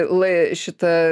lai šitą